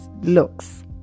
looks